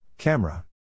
Camera